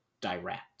direct